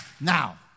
now